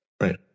Right